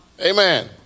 Amen